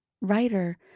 Writer